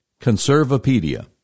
Conservapedia